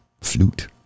flute